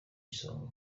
isonga